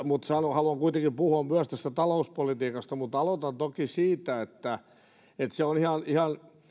mutta haluan kuitenkin puhua myös tästä talouspolitiikasta aloitan toki siitä että on ihan